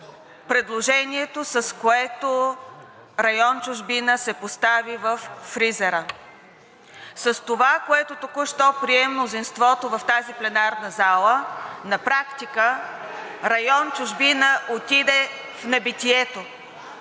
предложението, с което район „Чужбина“ се постави във фризера. С това, което току-що прие мнозинството в тази пленарна зала, на практика район „Чужбина“ отиде в небитието.